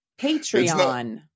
Patreon